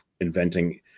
inventing